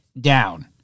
down